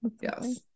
Yes